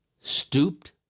stooped